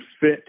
fit